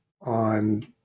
on